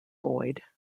boyd